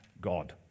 God